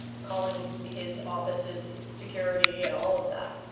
calling his offices security and all of that.